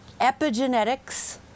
epigenetics